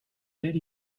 belle